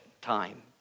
time